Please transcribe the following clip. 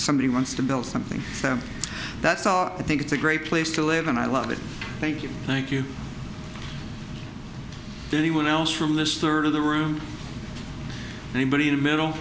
somebody wants to build something that saw it think it's a great place to live and i love it thank you thank you to anyone else from this third of the room anybody in the middle